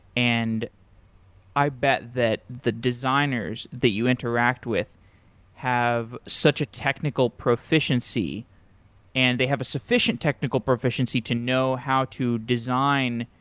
and i bet that the designers the you interact with have such a technical proficiency and they have a sufficient technical proficiency to know how to design.